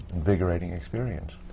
invigorating experience.